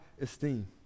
esteem